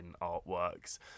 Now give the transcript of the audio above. artworks